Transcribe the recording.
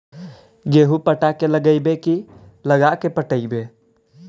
गेहूं पटा के लगइबै की लगा के पटइबै?